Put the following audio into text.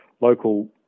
local